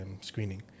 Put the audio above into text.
screening